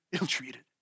ill-treated